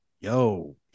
yo